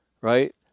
right